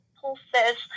pulses